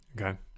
Okay